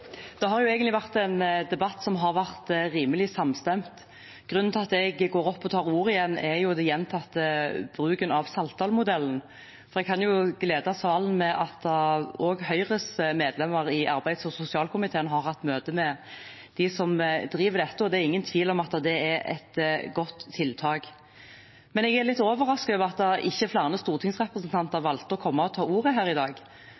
tar ordet igjen, er den gjentatte bruken av Saltdalsmodellen. Jeg kan glede salen med at også Høyres medlemmer i arbeids- og sosialkomiteen har hatt møte med dem som driver dette, og det er ingen tvil om at det er et godt tiltak. Men jeg er litt overrasket over at ikke flere stortingsrepresentanter valgte å komme og ta ordet her i dag,